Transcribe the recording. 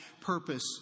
purpose